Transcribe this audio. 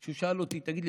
שהוא שאל אותי: תגיד לי,